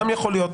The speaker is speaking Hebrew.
גם יכול להיות.